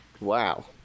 Wow